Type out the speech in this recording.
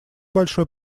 большой